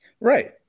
Right